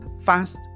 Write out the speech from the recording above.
fast